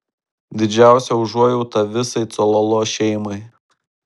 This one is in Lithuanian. didžiausia užuojauta visai cololo šeimai